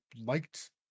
liked